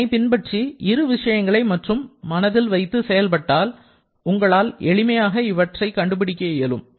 இதை பின்பற்றி இரு விஷயங்களை மட்டும் மனதில் வைத்து செயல்பட்டால் உங்களால் எளிமையாக இவற்றை கண்டுபிடிக்க இயலும்